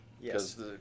Yes